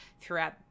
throughout